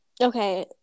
okay